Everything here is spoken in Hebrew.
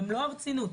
במלוא הרצינות.